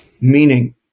meaning